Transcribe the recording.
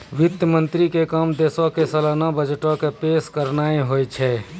वित्त मंत्री के काम देशो के सलाना बजटो के पेश करनाय होय छै